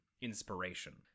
inspiration